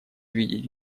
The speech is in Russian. видеть